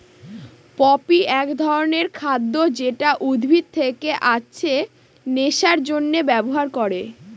poppy এক ধরনের খাদ্য যেটা উদ্ভিদ থেকে আছে নেশার জন্যে ব্যবহার করে